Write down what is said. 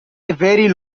very